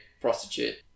prostitute